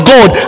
God